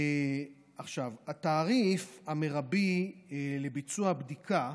התעריף המרבי לביצוע הבדיקה